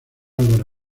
álvaro